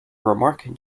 remark